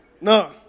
no